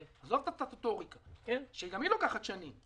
עזוב את הסטטוטוריקה, שגם היא לוקחת שנים.